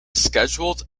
scheduled